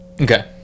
Okay